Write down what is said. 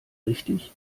richtig